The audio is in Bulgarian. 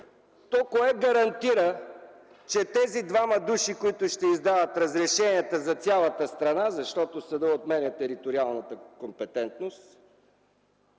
то кое гарантира, че тези двама души, които ще издават разрешенията за цялата страна, защото съдът отменя териториалната компетентност,